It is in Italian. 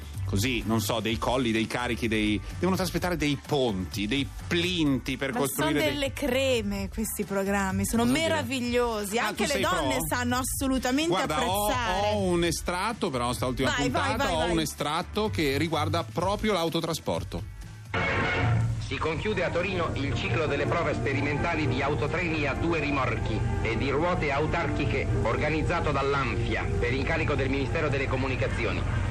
Così, non so, dei colli, dei carichi, dei- devono trasportare dei ponti, dei plinti per Ma costruire son dei- delle creme questi programmi, sono Cosa dire? meravigliosi, Ah, anche tu le sei donne pro? sanno assolutamente Guarda, ho- apprezzare. ho un estratto, però sta ultima Vai, vai, puntata, vai, ho un vai. estratto che riguarda proprio l'autotrasporto. Si conchiude a Torino il ciclo delle prove sperimentali di autotreni a due rimorchi e di ruote autarchiche organizzato dall'ANFIA per incarico del Ministero delle Comunicazioni.